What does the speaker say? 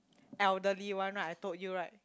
elderly one right I told you right